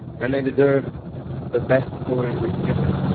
and they deserve the best stories we can give them.